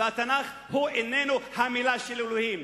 והתנ"ך הוא איננו המלה של אלוהים.